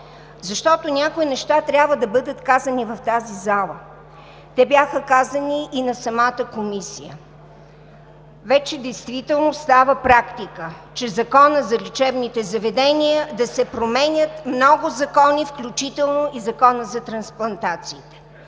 защото някои неща трябва да бъдат казани в тази зала. Те бяха казани и на самата Комисия. Вече действително става практика чрез Закона за лечебните заведения да се променят много закони, включително и Законът за трансплантациите.